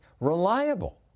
reliable